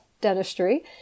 dentistry